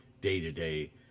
day-to-day